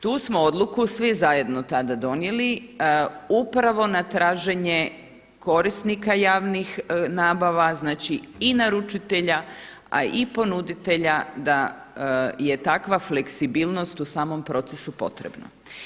Tu smo odluku svi zajedno tada donijeli upravo na traženje korisnika javnih nabava, znači i naručitelja a i ponuditelja da je takva fleksibilnost u samom procesu potrebna.